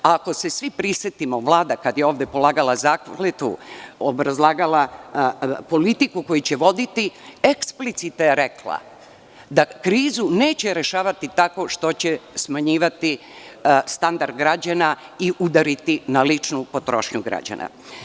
Ako se svi prisetimo, Vlada kad je ovde polagala zakletvu, obrazlagala politiku koju će voditi, eksplicitno je rekla da krizu neće rešavati tako što će smanjivati standard građana i udariti na ličnu potrošnju građana.